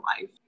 life